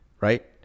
Right